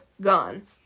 gone